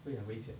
会很危险